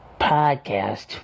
podcast